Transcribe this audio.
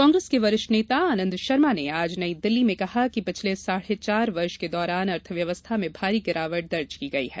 कांग्रेस के वरिष्ठ नेता आनंद शर्मा ने आज नई दिल्ली में कहा कि पिछले साढे चार वर्ष के दौरान अर्थव्यवस्था में भारी गिरावट दर्ज की गयी है